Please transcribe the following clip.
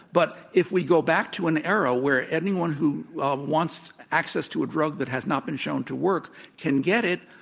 but if we go back to an era where anyone who wants access to a drug that has not been shown to work can get it,